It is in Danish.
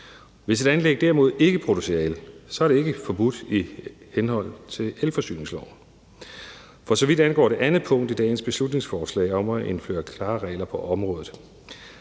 Hvis et anlæg derimod ikke producerer el, er det ikke forbudt i henhold til elforsyningsloven. Kl. 13:22 Jeg vil også lige kommentere det andet punkt i dagens beslutningsforslag om at indføre klare regler på området.